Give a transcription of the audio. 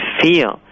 feel